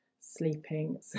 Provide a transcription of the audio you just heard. sleeping